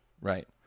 right